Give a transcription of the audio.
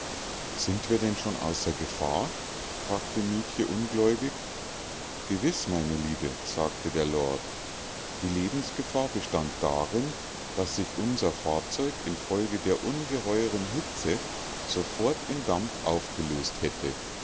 sind wir denn schon außer gefahr fragte mietje ungläubig gewiß meine liebe sagte der lord die lebensgefahr bestand darin daß sich unser fahrzeug infolge der ungeheuren hitze sofort in dampf aufgelöst hätte